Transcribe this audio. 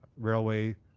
railway